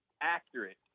accurate